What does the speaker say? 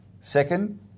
Second